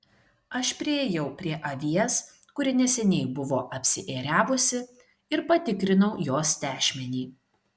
aš priėjau prie avies kuri neseniai buvo apsiėriavusi ir patikrinau jos tešmenį